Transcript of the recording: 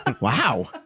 Wow